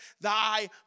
thy